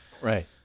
Right